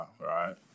Right